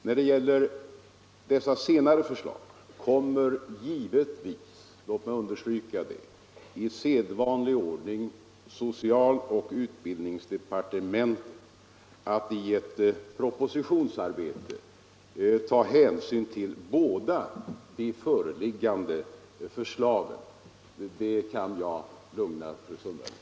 När det gäller dessa senare förslag kommer givetvis — låt mig understryka det — i sedvanlig ordning socialoch utbildningsdepartementen att i propositionsarbetet ta hänsyn till båda de föreliggande förslagen. Det kan jag lugna fru Sundberg med.